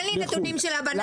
תן לי נתונים של הבננות,